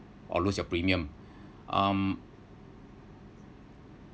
or lose your premium um